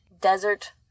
desert